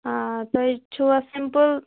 آ تۄہہِ چھُوا سِمپٕل